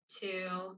two